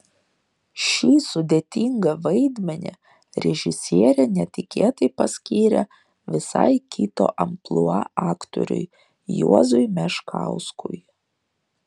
šį sudėtingą vaidmenį režisierė netikėtai paskyrė visai kito amplua aktoriui juozui meškauskui